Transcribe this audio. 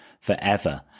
forever